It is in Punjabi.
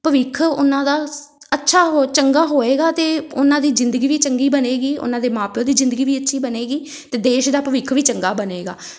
ਭਵਿੱਖ ਉਹਨਾਂ ਦਾ ਅੱਛਾ ਹੋ ਚੰਗਾ ਹੋਏਗਾ ਅਤੇ ਉਹਨਾਂ ਦੀ ਜ਼ਿੰਦਗੀ ਵੀ ਚੰਗੀ ਬਣੇਗੀ ਉਹਨਾਂ ਦੇ ਮਾਂ ਪਿਉ ਦੀ ਜ਼ਿੰਦਗੀ ਵੀ ਅੱਛੀ ਬਣੇਗੀ ਅਤੇ ਦੇਸ਼ ਦਾ ਭਵਿੱਖ ਵੀ ਚੰਗਾ ਬਣੇਗਾ